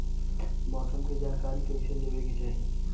मौसम के जानकारी कईसे लेवे के चाही?